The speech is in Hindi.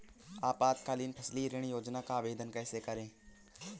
अल्पकालीन फसली ऋण योजना का आवेदन कैसे करें?